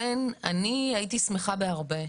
הייתי שמחה בהרבה,